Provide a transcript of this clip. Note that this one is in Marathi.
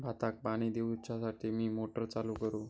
भाताक पाणी दिवच्यासाठी मी मोटर चालू करू?